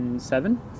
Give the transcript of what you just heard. Seven